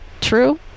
true